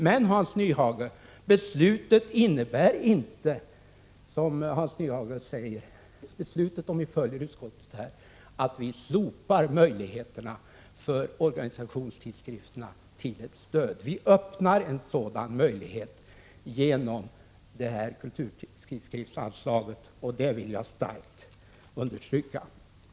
Men beslutet, dvs. om kammaren följer utskottets förslag, innebär inte, som Hans Nyhage säger, att vi slopar möjligheterna för organisationstidskrifterna att få ett stöd. Vi öppnar en sådan möjlighet genom kulturtidskriftsanslaget — det vill jag starkt understryka.